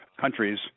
countries